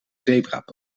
zebrapad